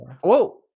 whoa